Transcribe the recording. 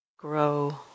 Grow